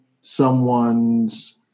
someone's